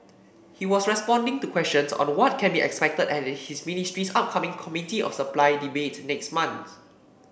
he was responding to questions on what can be expected at his ministry's upcoming Committee of Supply debate next month